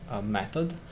method